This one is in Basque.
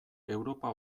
europa